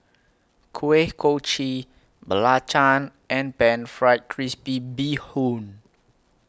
Kuih Kochi Belacan and Pan Fried Crispy Bee Hoon